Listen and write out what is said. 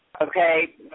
Okay